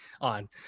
on